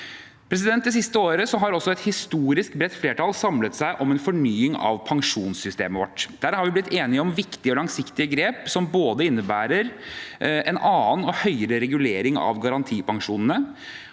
Det siste året har et historisk bredt flertall samlet seg om en fornying av pensjonssystemet vårt. Der har vi blitt enige om viktige og langsiktige grep som innebærer en annen og høyere regulering av garantipensjonen,